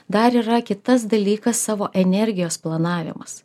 dar yra kitas dalykas savo energijos planavimas